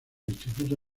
instituto